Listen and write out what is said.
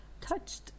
touched